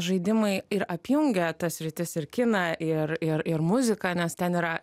žaidimai ir apjungia tas sritis ir kiną ir ir ir muziką nes ten yra